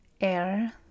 air